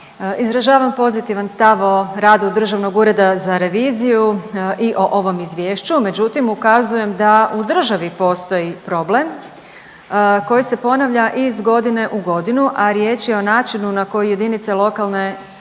Izražavam pozitivan stav o radu Državnog ureda za reviziju i o ovom izvješću, međutim ukazujem da u državi postoji problem koji se ponavlja iz godine u godinu, a riječ je o načinu na koji JLS upravljaju